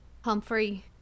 Humphrey